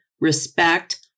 respect